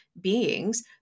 beings